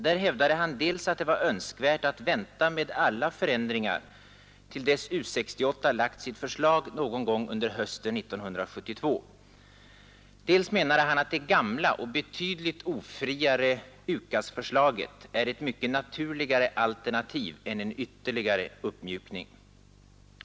Där hävdade han dels att det var önskvärt att vänta med alla förändringar till dess U 68 lagt sitt förslag någon gång under hösten 1972, dels att det gamla och betydligt ofriare UKAS-förslaget är ett mycket naturligare alternativ än en ytterligare uppmjukning.